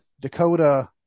Dakota